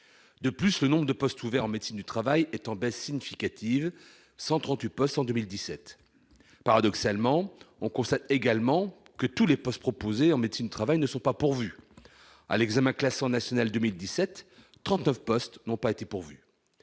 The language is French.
De plus, le nombre de postes ouverts en médecine du travail est en baisse significative, avec 138 postes en 2017. Paradoxalement, on constate également que tous les postes proposés en médecine du travail ne sont pas pourvus : à l'examen classant national de 2017, quelque 39 postes n'ont pas été occupés.